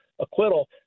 acquittal